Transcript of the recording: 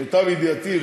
למיטב ידיעתי,